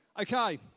Okay